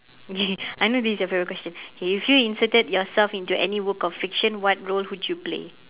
okay I know this is you favourite question okay if you inserted yourself into any work of fiction what role would you play